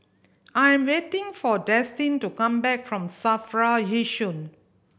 I am waiting for Destin to come back from SAFRA Yishun